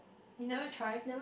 you never try